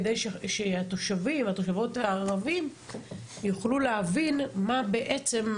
כדי שהתושבים והתושבות הערבים יוכלו להבין מה בעצם,